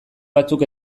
batzuk